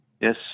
Yes